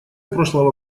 прошлого